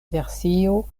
versio